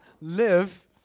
live